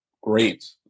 great